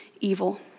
evil